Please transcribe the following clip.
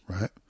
right